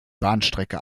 bahnstrecke